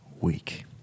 week